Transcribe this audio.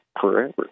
forever